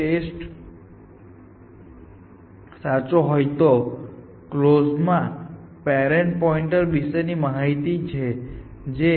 તેથી ઉદાહરણ તરીકે A એલ્ગોરિધમ અથવા ડીજેકેસ્ટ્રા એલ્ગોરિધમમાં તમે નોડ્સને કલોઝ માં રાખો છો અને તમને એક સારો પાથ મળી શકે છે જે કિસ્સામાં તમે માર્ગ અને બીજી વસ્તુ ને અપડેટ કરો છો